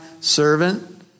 servant